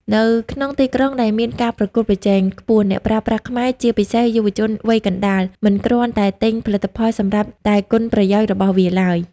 នៅក្នុងទីក្រុងដែលមានការប្រកួតប្រជែងខ្ពស់ អ្នកប្រើប្រាស់ខ្មែរ (ជាពិសេសយុវជនវ័យកណ្ដាល) មិនគ្រាន់តែទិញផលិតផលសម្រាប់តែគុណប្រយោជន៍របស់វាឡើយ។